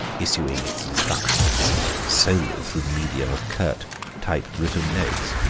issuing its instructions solely through the medium of curt typewritten notes.